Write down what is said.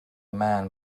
man